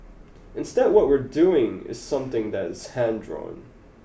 instead what we are doing is something that is hand drawn